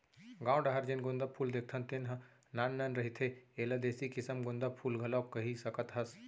गाँव डाहर जेन गोंदा फूल देखथन तेन ह नान नान रहिथे, एला देसी किसम गोंदा फूल घलोक कहि सकत हस